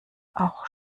auch